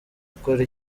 akora